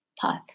path